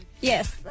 Yes